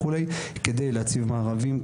כדי להציב מארבים,